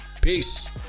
peace